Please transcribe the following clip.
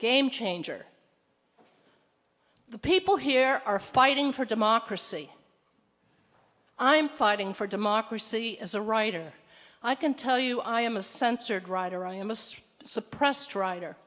game changer the people here are fighting for democracy i'm fighting for democracy as a writer i can tell you i am a censored writer i am a street suppressed writer